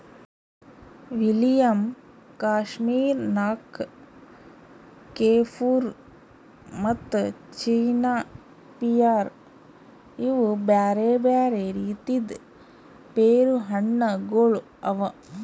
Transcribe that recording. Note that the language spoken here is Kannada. ವಿಲಿಯಮ್, ಕಶ್ಮೀರ್ ನಕ್, ಕೆಫುರ್ ಮತ್ತ ಚೀನಾ ಪಿಯರ್ ಇವು ಬ್ಯಾರೆ ಬ್ಯಾರೆ ರೀತಿದ್ ಪೇರು ಹಣ್ಣ ಗೊಳ್ ಅವಾ